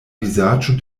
vizaĝo